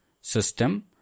system